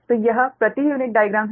तो यह प्रति यूनिट डाइग्राम है